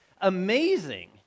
amazing